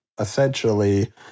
essentially